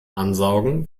ansaugen